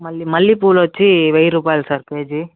మల్లె మల్లె పువ్వులొచ్చి వెయ్యి రూపాయలు సార్ కేజీ